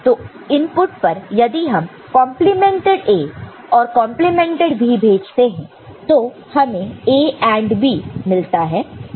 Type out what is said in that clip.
तो इनपुट पर यदि हम कंप्लीमेंटेड A और कंप्लीमेंटेड B भेजते हैं तो हमें A AND B मिलता है